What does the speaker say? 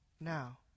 now